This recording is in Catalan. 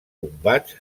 combats